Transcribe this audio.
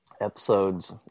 episodes